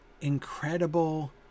incredible